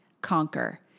Conquer